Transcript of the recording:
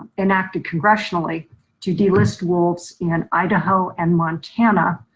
enacted congressionally to delist wolves in idaho and montana.